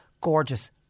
gorgeous